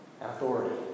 authority